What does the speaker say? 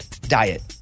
diet